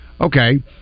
Okay